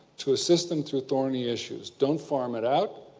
to assist them through thorny issues. don't farm it out,